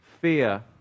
Fear